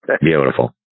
Beautiful